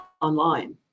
online